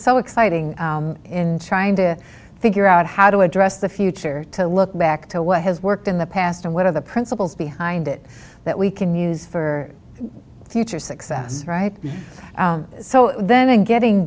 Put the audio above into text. so exciting in trying to figure out how to address the future to look back to what has worked in the past and what are the principles behind it that we can use for future success right so then getting